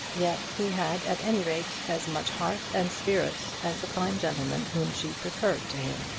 yet he had at any rate as much heart and spirit as the fine gentleman whom she preferred to him.